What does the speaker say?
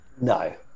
No